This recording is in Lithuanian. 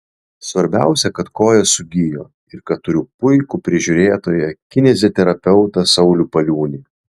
svarbiausia kad koja sugijo ir kad turiu puikų prižiūrėtoją kineziterapeutą saulių paliūnį